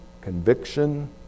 conviction